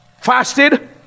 fasted